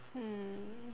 mm